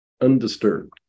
undisturbed